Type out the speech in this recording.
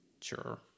Sure